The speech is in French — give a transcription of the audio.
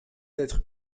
être